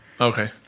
Okay